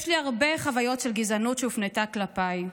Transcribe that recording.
יש לי הרבה חוויות של גזענות שהופנתה כלפיי,